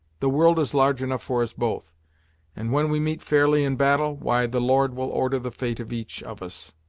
the world is large enough for us both and when we meet fairly in battle, why, the lord will order the fate of each of us.